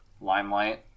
limelight